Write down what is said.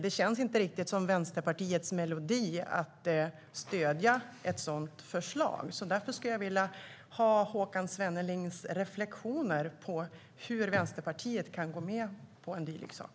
Det känns inte riktigt som Vänsterpartiets melodi att stödja ett sådant förslag. Därför skulle jag vilja ha Håkan Svennelings reflektioner över hur Vänsterpartiet kan gå med på en dylik sak.